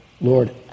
Lord